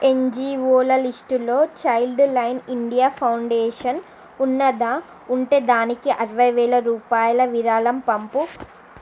యన్జీఓల list లో child line India foundation ఉన్నదా ఉంటే దానికి అరవై వేల రూపాయల విరాళం పంపు